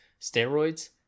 steroids